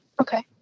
Okay